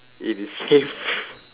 in his safe